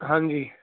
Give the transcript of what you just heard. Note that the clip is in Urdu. ہاں جی